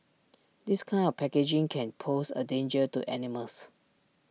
this kind of packaging can pose A danger to animals